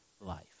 life